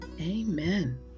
Amen